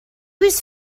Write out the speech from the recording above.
was